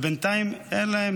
ובינתיים אין להם,